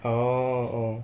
oh